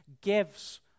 gives